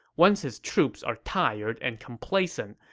once his troops are tired and complacent,